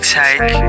take